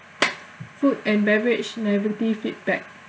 food and beverage negative feedback